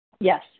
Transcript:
yes